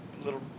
little